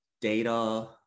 data